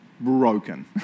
broken